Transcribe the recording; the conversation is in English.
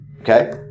Okay